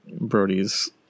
Brody's